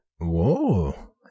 Whoa